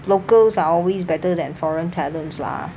locals are always better than foreign talents lah